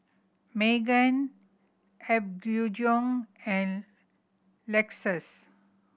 Megan Apgujeong and Lexus